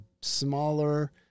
smaller